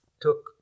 Took